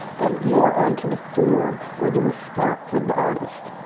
and more onto the form or the response of the artist.